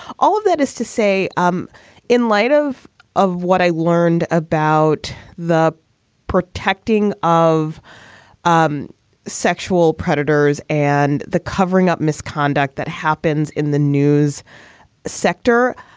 all of that is to say, um in light of of what i learned about the protecting of um sexual predators and the covering up misconduct that happens in the news sector,